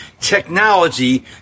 technology